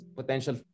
potential